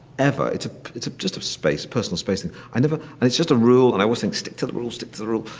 ever. it's it's just a space. personal space thing. i never. and it's just a rule. and i always think, stick to the rule, stick to the rule.